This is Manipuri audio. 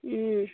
ꯎꯝ